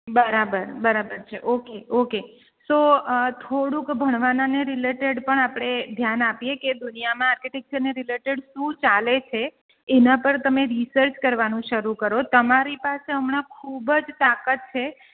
બરાબર બરાબર છે ઓકે ઓકે સો થોડુંક ભણવાનાને રિલેટેડડ પણ આપણે ધ્યાન આપીએ કે દુનિયામાં આર્કિટેક્ચરને રિલેટેડ શું ચાલે છે એના પર તમે રિસર્ચ કરવાનું શરૂ કરો તમારી પાસે હમણાં ખૂબ જ તાકાત છે